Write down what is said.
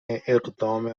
اقدام